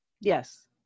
Yes